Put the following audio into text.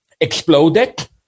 exploded